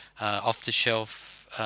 off-the-shelf